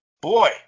boy